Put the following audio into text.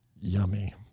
Yummy